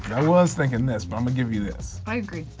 i was thinking this, but i'm give you this. i agree.